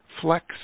Flex